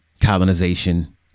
colonization